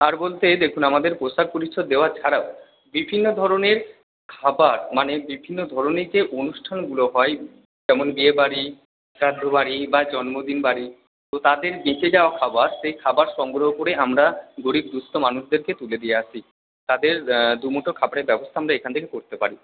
আর বলতে এই দেখুন আমাদের পোশাক পরিচ্ছদ দেওয়া ছাড়াও বিভিন্ন ধরনের খাবার মানে বিভিন্ন ধরনের যে অনুষ্ঠানগুলো হয় যেমন বিয়েবাড়ি শ্রাদ্ধ বাড়ি বা জন্মদিন বাড়ি তো তাদের বেঁচে যাওয়া খাবার সেই খাবার সংগ্রহ করে আমরা গরিব দুঃস্থ মানুষদেরকে তুলে দিয়ে আসি তাদের দুমুঠো খাবারের ব্যবস্থা আমরা এখান থেকে করতে পারি